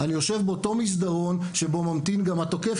אני יושב באותו מסדרון שבו ממתין גם התוקף,